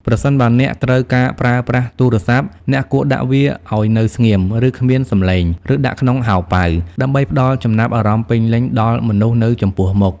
ប្រសិនបើអ្នកត្រូវការប្រើប្រាស់ទូរស័ព្ទ អ្នកគួរដាក់វាឱ្យនៅស្ងៀម គ្មានសំឡេង ឬដាក់ក្នុងហោប៉ៅ ដើម្បីផ្ដល់ចំណាប់អារម្មណ៍ពេញលេញដល់មនុស្សនៅចំពោះមុខ។